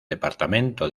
departamento